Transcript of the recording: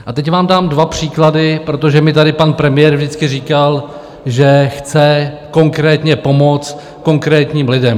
A teď vám dám dva příklady, protože mi tady pan premiér vždycky říkal, že chce konkrétně pomoct konkrétním lidem.